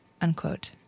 unquote